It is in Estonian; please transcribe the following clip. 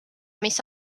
mis